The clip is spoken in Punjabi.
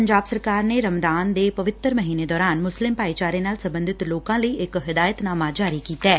ਪੰਜਾਬ ਸਰਕਾਰ ਨੇ ਰਮਦਾਨ ਦੇ ਪਵਿੱਤਰ ਮਹੀਨੇ ਦੌਰਾਨ ਮੁਸਲਿਮ ਭਾਈਚਾਰੇ ਨਾਲ ਸਬੰਧਤ ਲੋਕਾਂ ਲਈ ਇਕ ਹਿਦਾਇਤਨਾਮਾ ਜਾਰੀ ਕੀਤੈ